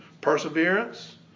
perseverance